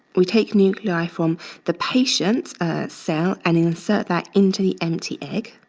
we take nuclei from the patient's cell and insert that into the empty egg.